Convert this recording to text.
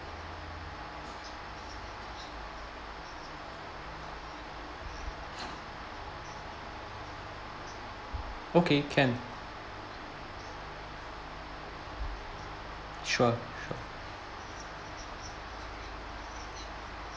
okay can sure sure